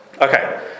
Okay